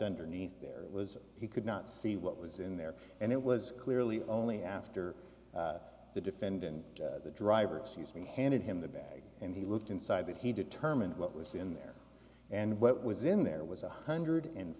underneath there was he could not see what was in there and it was clearly only after the defendant the driver excuse me handed him the bag and he looked inside that he determined what was in there and what was in there was one hundred and